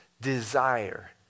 desire